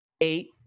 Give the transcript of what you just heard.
eight